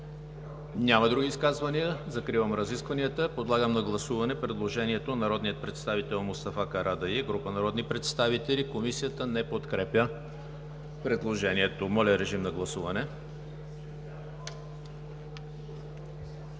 Няма други изказвания. Закривам разискванията. Подлагам на гласуване предложението на народния представител Мустафа Карадайъ и група народни представители. Комисията не подкрепя предложението. Гласували